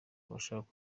abashaka